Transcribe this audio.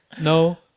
No